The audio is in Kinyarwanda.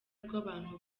rw’abantu